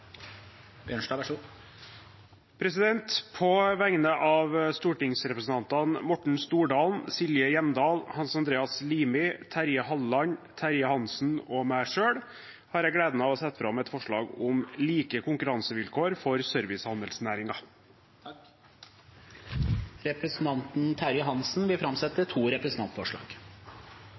Bjørnstad vil framsette et representantforslag. På vegne av stortingsrepresentantene Morten Stordalen, Silje Hjemdal, Hans Andreas Limi, Terje Halleland, Terje Hansen og meg selv har jeg gleden av å framsette et forslag om like konkurransevilkår for servicehandelsnæringen. Representanten Terje Hansen vil framsette to representantforslag.